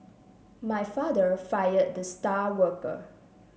my father fired the star worker